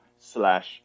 slash